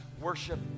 worship